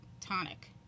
tonic